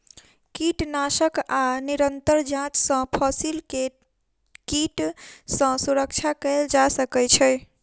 कीटनाशक आ निरंतर जांच सॅ फसिल के कीट सॅ सुरक्षा कयल जा सकै छै